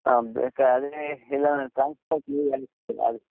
ಹಾಂ ಬೇಕಾದರೆ ಇಲ್ಲ ನಾ ಟ್ರಾನ್ಸ್ಪೋರ್ಟ್ ಅದು